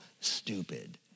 stupid